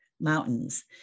Mountains